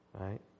right